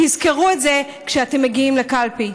תזכרו את זה כשאתם מגיעים לקלפי.